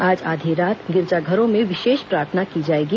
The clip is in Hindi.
आज आधी रात गिरिजाघरों में विशेष प्रार्थना की जाएगी